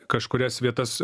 kažkurias vietas